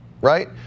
right